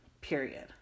period